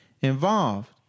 involved